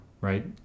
right